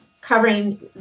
covering